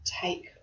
take